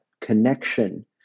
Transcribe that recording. connection